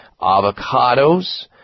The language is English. avocados